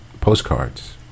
postcards